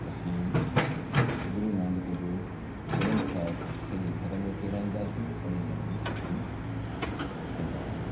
असीं गुरुनानक जो ग्रंथ साहिब सॼे घर में फेराईंदासी अहिड़े नमूने असां कंदा